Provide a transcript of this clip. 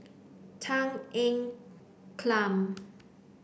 Tan Ean Kiam